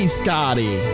scotty